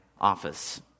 office